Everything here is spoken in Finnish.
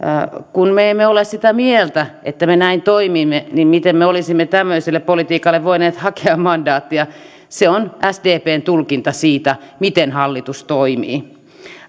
kun me emme ole sitä mieltä että me näin toimimme niin miten me olisimme tämmöiselle politiikalle voineet hakea mandaattia se on sdpn tulkinta siitä miten hallitus toimii